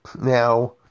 Now